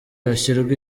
hashyirwa